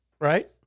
right